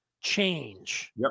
change